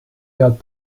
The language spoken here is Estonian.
vead